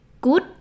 good